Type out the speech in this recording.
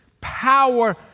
power